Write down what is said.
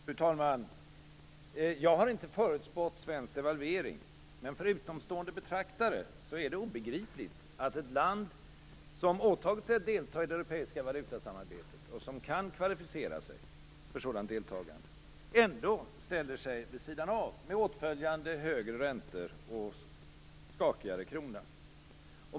Fru talman! Jag har inte förutspått en svensk devalvering. Men för utomstående betraktare är det obegripligt att ett land som har åtagit sig att delta i det europeiska valutasamarbetet och som kan kvalificera sig för sådant deltagande ändå ställer sig vid sidan av, med åtföljande högre räntor och skakigare krona.